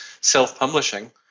self-publishing